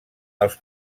els